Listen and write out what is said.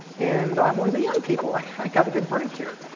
and i'm one of the young people. i got a good break here.